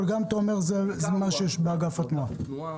אבל אתה אומר שזה מה שיש באגף התנועה.